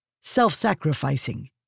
self-sacrificing